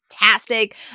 fantastic